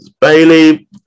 Bailey